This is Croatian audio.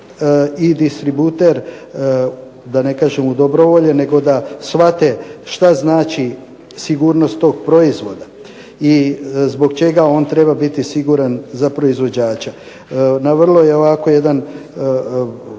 i distributer, da ne kažem odobrovolje nego da shvate što znači sigurnost tog proizvoda i zbog čega on treba biti siguran za proizvođača. No, vrlo je ovako jedan